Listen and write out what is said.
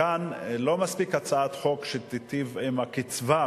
כאן לא מספיקה הצעת חוק שתיטיב בקצבה,